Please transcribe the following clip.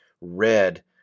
red